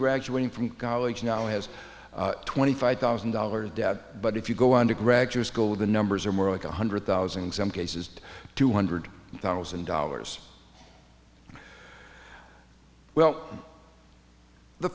graduating from college now has twenty five thousand dollars debt but if you go on to graduate school the numbers are more like one hundred thousand and some cases two hundred thousand dollars well the